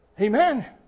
Amen